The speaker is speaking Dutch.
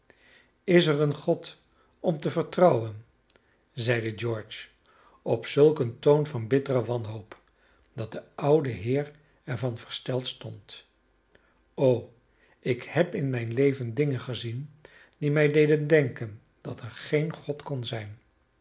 is er een god om op te vertrouwen zeide george op zulk een toon van bittere wanhoop dat de oude heer er van versteld stond o ik heb in mijn leven dingen gezien die mij deden denken dat er geen god kon zijn